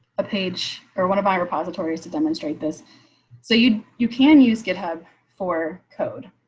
page or one of my repositories to demonstrate this so you, you can use github for code,